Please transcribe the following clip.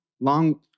long